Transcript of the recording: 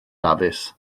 dafis